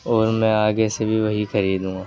اور میں آگے سے بھی وہی خریدوں گا